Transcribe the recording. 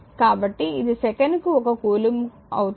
కాబట్టి ఇది సెకనుకు 1 కూలంబ్కు అవుతుంది